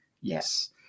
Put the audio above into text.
Yes